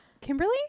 Kimberly